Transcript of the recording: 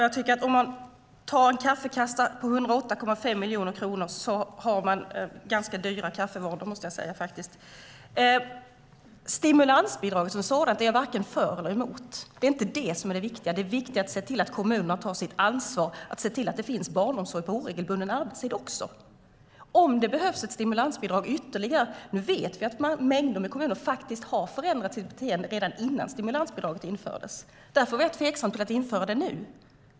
Herr talman! Med en kaffekassa på 108,5 miljoner kronor har man ganska dyra kaffevanor. Jag är varken för eller emot stimulansbidraget. Det är inte det som är det viktiga. Det viktiga är att se till att kommunerna tar sitt ansvar och ordnar barnomsorg på oregelbunden arbetstid. Jag vet att situationen förändrades i många kommuner redan innan stimulansbidraget infördes. Därför var jag tveksam till att införa det nu.